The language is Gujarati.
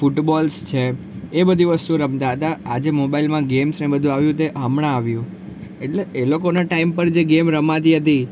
ફૂટબોલ્સ છે એ બધી વસ્તુઓ રમતા હતા આ જે મોબાઈલમાં ગેમ્સને બધું આવ્યું તે હમણાં આવ્યું એટલે એ લોકોના ટાઈમ પર જે ગેમ રમાતી હતી